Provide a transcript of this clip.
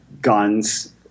guns